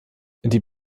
die